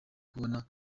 kubona